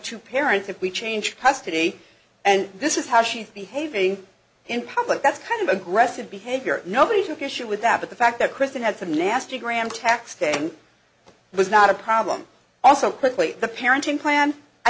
two parents if we change custody and this is how she's behaving in public that's kind of aggressive behavior nobody took issue with that but the fact that kristen had some nasty gram texting was not a problem also quickly the parenting plan i